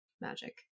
magic